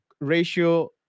ratio